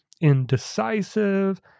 indecisive